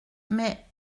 mais